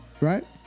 right